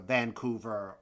Vancouver